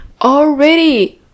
already